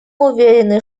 уверены